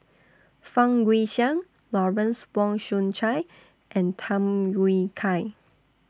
Fang Guixiang Lawrence Wong Shyun Tsai and Tham Yui Kai